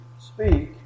speak